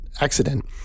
accident